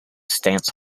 stance